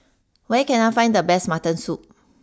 where can I find the best Mutton Soup